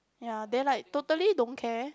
ya they like totally don't care